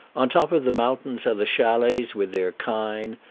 on top of the mountains are the chalets with their kine,